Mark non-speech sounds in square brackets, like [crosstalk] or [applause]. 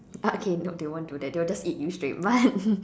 ah okay no they won't do that they will just eat you straight but [laughs]